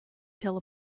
tell